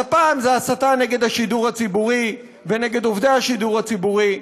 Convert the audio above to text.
אז הפעם זו הסתה נגד השידור הציבורי ונגד עובדי השידור הציבורי,